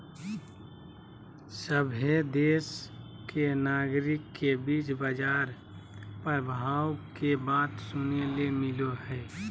सभहे देश के नागरिक के बीच बाजार प्रभाव के बात सुने ले मिलो हय